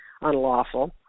unlawful